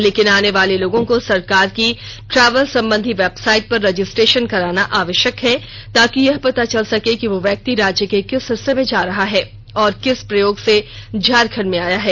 लेकिन आने वाले लोगों को सरकार की ट्रेवल संबंधी वेबसाइट पर रजिस्ट्रेषन कराना आवष्यक है ताकि यह पता चल सके कि वह व्यक्ति राज्य के किस हिस्से में जा रहा है और किस प्रयोग से झारखंड आया है